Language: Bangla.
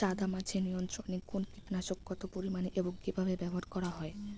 সাদামাছি নিয়ন্ত্রণে কোন কীটনাশক কত পরিমাণে এবং কীভাবে ব্যবহার করা হয়?